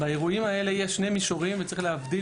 באירועים האלה יש שני מישורים וצריך להבדיל